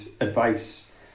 advice